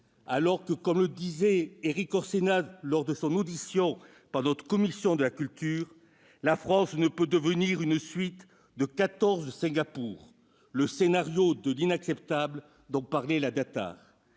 alors que, comme le disait Erik Orsenna, lors de son audition par notre commission de la culture, la France ne peut devenir « une suite de quatorze Singapour »- le « scénario de l'inacceptable » dont parlait la DATAR